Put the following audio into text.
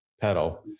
pedal